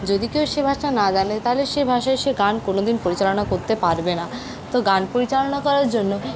যদি কেউ সে ভাষা না জানে তাহলে সে ভাষায় সে গান কোনোদিন পরিচালনা করতে পারবে না তো গান পরিচালনা করার জন্য